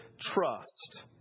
trust